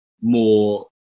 more